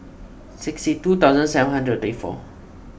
sixty two thousand seven hundred and thirty four